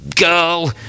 girl